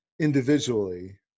individually